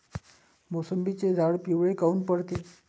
मोसंबीचे झाडं पिवळे काऊन पडते?